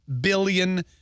billion